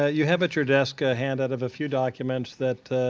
you have at your desk a handout of a few documents that